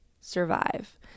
survive